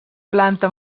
planta